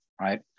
right